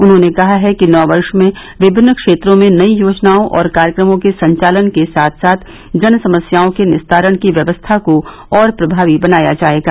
उन्होंने कहा है कि नव वर्ष में विभिन्न क्षेत्रों में नयी योजनाओं और कार्यक्रमों के संचालन के साथ साथ जन समस्याओं के निस्तारण की व्यवस्था को और प्रमावी बनाया जायेगा